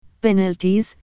penalties